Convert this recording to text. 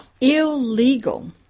illegal